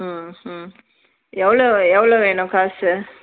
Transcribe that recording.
ம் ம் எவ்வளோ வே எவ்வளோ வேணும் காசு